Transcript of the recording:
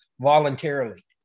voluntarily